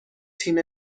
تیم